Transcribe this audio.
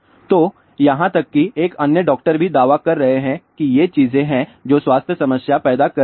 तो यहां तक कि एक अन्य डॉक्टर भी दावा कर रहे हैं कि ये चीजें हैं जो स्वास्थ्य समस्या पैदा कर रही हैं